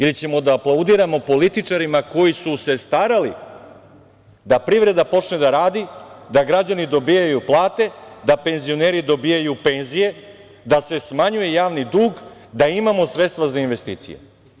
Ili ćemo da aplaudiramo političarima koji su se starali da privreda počne da radi, da građani dobijaju plate, da penzioneri dobijaju penzije, da se smanjuje javni dug, da imamo sredstva za investicije?